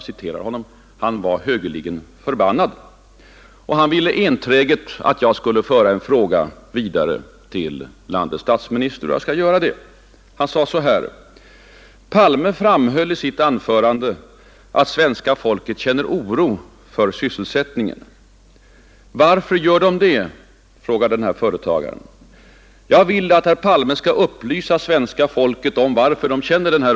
Ibland har oppositionen drivit på.